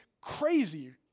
crazy